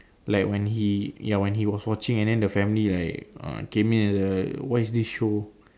like when he ya when he was watching and then the family right uh came in and the what is this show